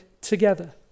together